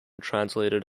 translated